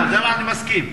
אני מסכים.